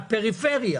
עם הפריפריה